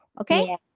Okay